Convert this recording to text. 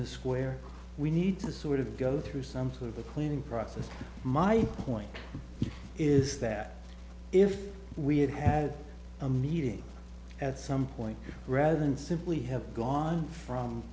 the square we need to sort of go through some sort of the cleaning process my point is that if we had had a meeting at some point rather than simply have gone from